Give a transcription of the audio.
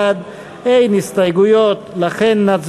לסעיפים 40(30) ו-(31) אין הסתייגויות, לכן נצביע.